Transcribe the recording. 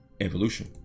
evolution